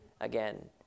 again